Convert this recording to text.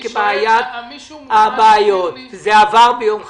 זה עבר ביום חמישי.